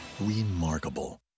remarkable